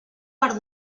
per